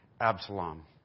Absalom